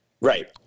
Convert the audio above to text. Right